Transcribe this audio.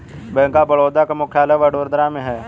bank of Baroda का मुख्यालय वडोदरा में है